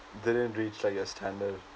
they didn't reach like your standard